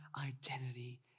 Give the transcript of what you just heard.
identity